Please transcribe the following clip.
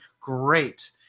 great